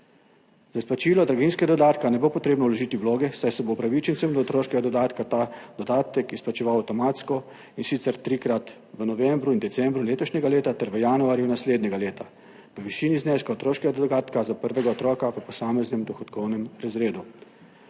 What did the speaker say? Za izplačilo draginjskega dodatka ne bo treba vložiti vloge, saj se bo upravičencem do otroškega dodatka ta dodatek izplačeval avtomatsko, in sicer trikrat − v novembru in decembru letošnjega leta ter v januarju naslednjega leta v višini zneska otroškega dodatka za prvega otroka v posameznem dohodkovnem razredu.